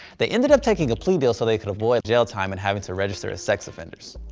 they ended up taking the plea deal so they could avoid jail time and having to register as sex offenders.